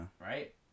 Right